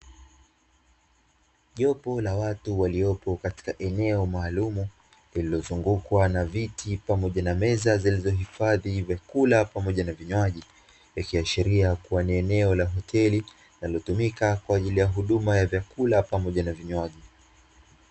Jopo la watu waliopo katika eneo maalumu; lililozungukwa na viti pamoja na meza zilizohifadhi vyakula pamoja na vinywaji, ikiashiria kuwa ni eneo la hoteli linalotumika kwa ajili ya huduma ya vyakula pamoja na vinywaji.